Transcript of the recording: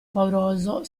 pauroso